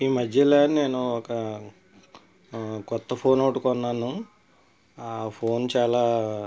ఈ మధ్యలో నేను ఒక కొత్త ఫోన్ ఒకటి కొన్నాను ఆ ఫోన్ చాలా